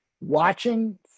watching